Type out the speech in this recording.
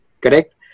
Correct